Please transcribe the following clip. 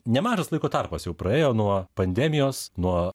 nemažas laiko tarpas jau praėjo nuo pandemijos nuo